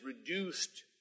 reduced